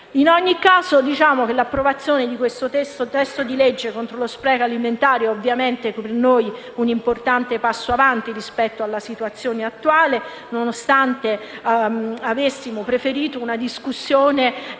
In ogni caso, l'approvazione di questo testo contro lo spreco alimentare è anche per noi un importante passo in avanti rispetto alla situazione attuale, anche se avremmo preferito una discussione